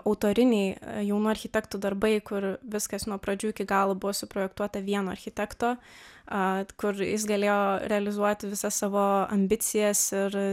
autoriniai jaunų architektų darbai kur viskas nuo pradžių iki galo buvo suprojektuota vieno architekto a kur jis galėjo realizuoti visas savo ambicijas ir